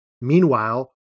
Meanwhile